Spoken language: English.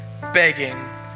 begging